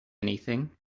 anything